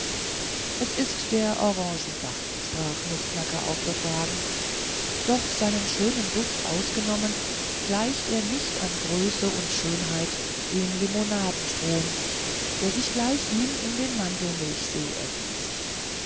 es ist der orangenbach sprach nußknacker auf befragen doch seinen schönen duft ausgenommen gleicht er nicht an größe und schönheit dem limonadenstrom der sich gleich ihm in den mandelmilchsee ergießt